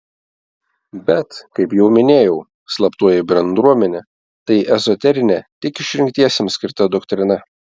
bet kaip jau minėjau slaptoji bendruomenė tai ezoterinė tik išrinktiesiems skirta doktrina